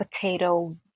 potato